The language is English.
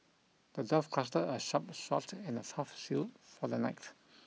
the dwarf crafted a sharp sword and a tough shield for the knight